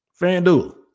FanDuel